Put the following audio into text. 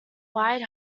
wide